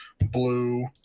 blue